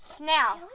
now